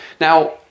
now